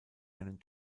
einen